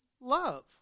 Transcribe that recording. love